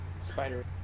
spider